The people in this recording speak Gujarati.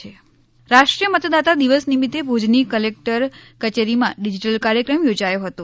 ભુજ મતદાર દિવસ રાષ્ટ્રીય મતદાતા દિવસ નિમિત્તે ભુજની કલેકટર કચેરીમાં ડીજીટલ કાર્યક્રમ યોજાયો હતો